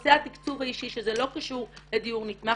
נושא התקצוב האישי שזה לא קשור לדיור נתמך,